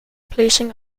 placing